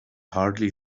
hardly